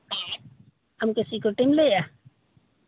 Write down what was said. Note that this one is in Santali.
ᱟᱢ ᱪᱟᱹᱥᱤ ᱠᱚᱴᱮᱢ ᱞᱟᱹᱭᱮᱜᱼᱟ